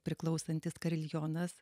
priklausantis kariljonas